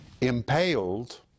impaled